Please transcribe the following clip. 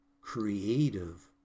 creative